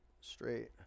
straight